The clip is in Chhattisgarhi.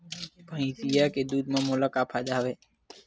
भैंसिया के दूध म मोला का फ़ायदा हवय?